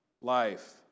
life